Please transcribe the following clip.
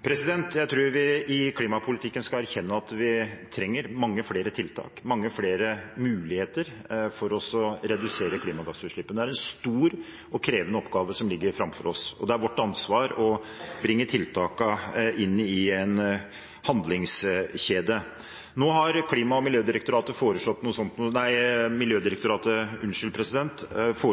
Jeg tror vi skal erkjenne at vi trenger mange flere tiltak i klimapolitikken og mange flere muligheter for å redusere klimagassutslippene. Det er en stor og krevende oppgave som ligger framfor oss. Det er vårt ansvar å bringe tiltakene inn i en handlingskjede. Nå har Miljødirektoratet foreslått noe